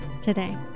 today